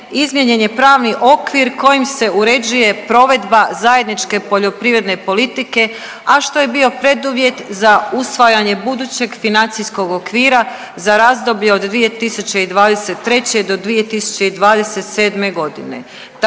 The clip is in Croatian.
izmijenjen je pravni okvir kojim se uređuje provedba zajedničke poljoprivredne politike, a što je bio preduvjet za usvajanje budućeg financijskog okvira za razdoblje od 2023. do 2027. godine.